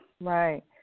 Right